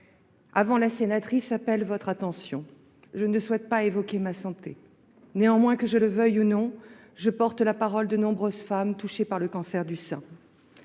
avant la sénatrice, appelle votre attention. Je ne souhaite pas évoquer ma santé. Néanmoins, que je le veuille ou non, je porte la parole de nombreuses femmes touchées par le cancer du sein.